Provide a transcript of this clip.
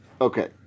Okay